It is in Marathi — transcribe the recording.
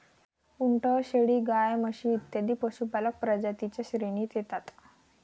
उंट, शेळी, गाय, म्हशी इत्यादी पशुपालक प्रजातीं च्या श्रेणीत येतात